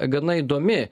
gana įdomi